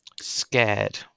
Scared